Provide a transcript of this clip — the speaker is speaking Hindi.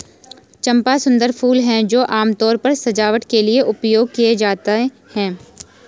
चंपा सुंदर फूल हैं जो आमतौर पर सजावट के लिए उपयोग किए जाते हैं